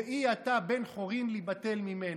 ואי אתה בן חורין להיבטל ממנה".